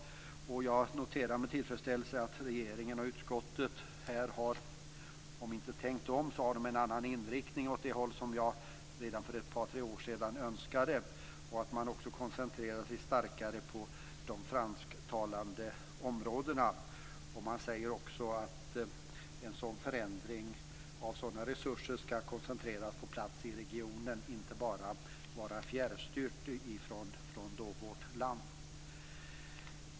Jag noterar med tillfredsställelse att regeringen och utskottet har om inte tänkt om så valt en annan inriktning, dvs. åt det håll som jag redan för ett par tre år sedan önskade. Man koncentrerar sig starkare på de fransktalande områdena. Man säger också att en sådan förändring när det gäller resurserna skall koncentreras på plats i regionen och inte bara fjärrstyras från vårt land.